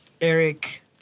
Eric